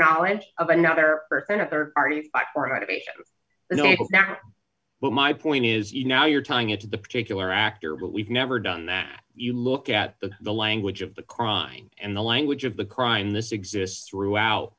knowledge of another person a rd party i forgot of a but my point is you now you're tying it to the particular actor but we've never done that you look at the language of the crime and the language of the crime this exists throughout